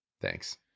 Thanks